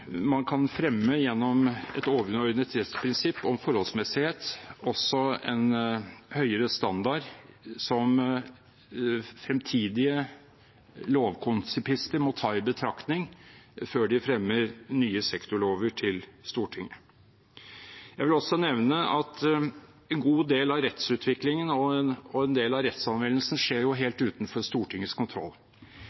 man kan fremme, gjennom et overordnet rettsprinsipp om forholdsmessighet, også en høyere standard, som fremtidige lovkonsipister må ta i betraktning før de fremmer nye sektorlover til Stortinget. Jeg vil også nevne at en god del av rettsutviklingen og en del av rettsanvendelsen skjer